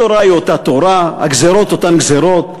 התורה היא אותה תורה, הגזירות אותן גזירות,